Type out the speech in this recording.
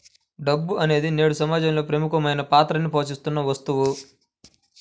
డబ్బు అనేది నేడు సమాజంలో ప్రముఖమైన పాత్రని పోషిత్తున్న వస్తువు